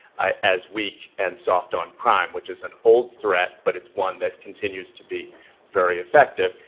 as weak and soft on crime, which is an old threat, but it's one that continues to be very effective.